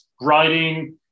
writing